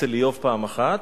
אצל איוב פעם אחת,